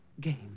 game